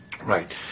Right